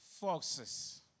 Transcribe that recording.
Foxes